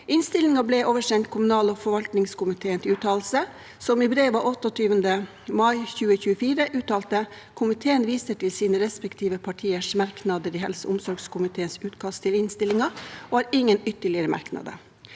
Innstillingen ble oversendt kommunal- og forvaltningskomiteen til uttalelse, som i brev av 28. mai 2024 uttalte: «Komiteen viser til sine respektive partiers merknader i helse- og omsorgskomiteens utkast til innstilling og har ingen ytterligere merknader.»